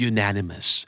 Unanimous